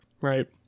right